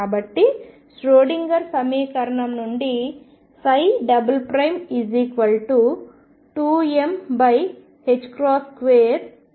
కాబట్టి ష్రోడింగర్ సమీకరణం నుండి 2m2V0 E